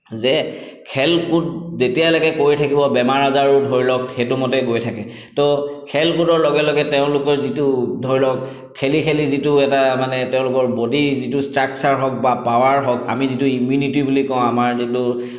যে খেল কুদ যেতিয়ালৈকে কৰি থাকিব বেমাৰ আজাৰো ধৰি লওক সেইটো মতে গৈ থাকে তো খেল কুদৰ লগে লগে তেওঁলোকৰ যিটো ধৰি লওক খেলি খেলি যিটো এটা মানে তেওঁলোকৰ বডীৰ যিটো ষ্ট্ৰাকচাৰ হওক বা পাৱাৰ হওক আমি যিটো ইমিউনিটি বুলি কওঁ আমাৰ যোনটো